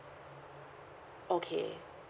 okay